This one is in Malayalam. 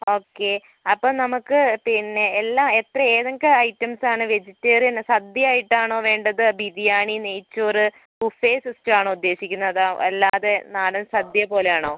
ഓക്കേ അപ്പം നമുക്ക് പിന്നെ എല്ലാ എത്ര ഏതൊക്കേ ഐറ്റംസ് ആണ് വെജിറ്റേറിയൻ സദ്യ ആയിട്ടാണോ വേണ്ടത് ബിരിയാണി നെയ്ച്ചോറ് ബുഫേ സിസ്റ്റം ആണോ ഉദ്ദേശിക്കിന്നത് അല്ലാതെ നാടൻ സദ്യ പോലെ ആണോ